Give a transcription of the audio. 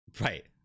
Right